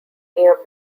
near